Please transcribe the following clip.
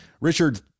Richard